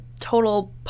total